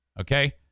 Okay